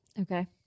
Okay